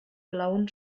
blauen